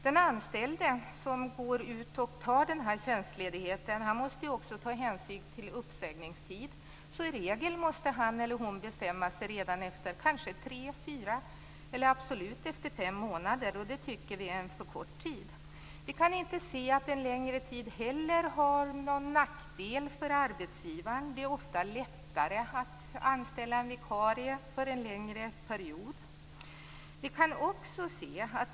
Den anställde som går ut och tar tjänstledigheten måste också ta hänsyn till uppsägningstid. I regel måste alltså han eller hon bestämma sig redan efter tre fyra, eller absolut efter fem, månader. Det tycker vi i Vänsterpartiet är en för kort tid. Vi kan inte heller se att en längre tid innebär någon nackdel för arbetsgivaren. Det är ofta lättare att anställa en vikarie för en längre period.